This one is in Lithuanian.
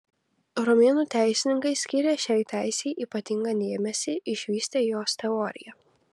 romėnų teisininkai skyrė šiai teisei ypatingą dėmesį išvystė jos teoriją